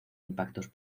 impactos